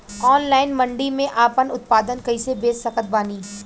Online मंडी मे आपन उत्पादन कैसे बेच सकत बानी?